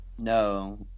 No